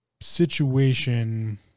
situation